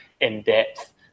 in-depth